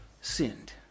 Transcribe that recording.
sinned